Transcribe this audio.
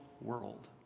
world